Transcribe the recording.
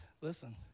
Listen